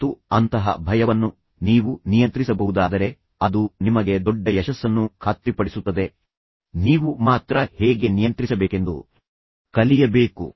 ಮತ್ತು ಅಂತಹ ಭಯವನ್ನು ನೀವು ನಿಯಂತ್ರಿಸಬಹುದಾದರೆ ಅದು ನಿಮಗೆ ದೊಡ್ಡ ಯಶಸ್ಸನ್ನು ಖಾತ್ರಿಪಡಿಸುತ್ತದೆ ನೀವು ಮಾತ್ರ ಹೇಗೆ ನಿಯಂತ್ರಿಸಬೇಕೆಂದು ಕಲಿಯಬೇಕು